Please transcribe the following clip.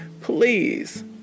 please